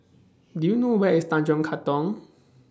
Do YOU know Where IS Tanjong Katong